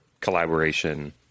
collaboration